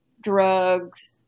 drugs